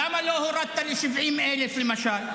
למה לא הורדת ל-70,000, למשל?